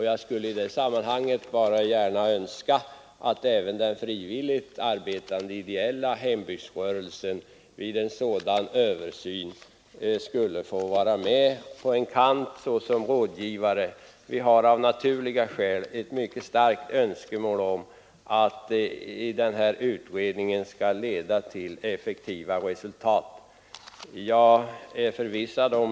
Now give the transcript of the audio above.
Jag skulle önska att också den frivilligt arbetande ideella hembygdsrörelsen vid en sådan översyn skulle få vara med på en kant såsom rådgivare. Vi hyser av naturliga skäl en mycket stark önskan om att den nämnda utredningen skall leda till effektiva resultat.